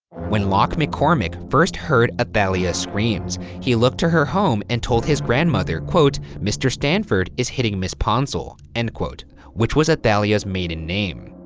wen locke mccormick first heard athalia's screams, he looked to her home and told his grandmother, mr. stanford is hitting ms. ponsell, and which was athalia's maiden name.